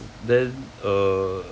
then err